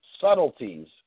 subtleties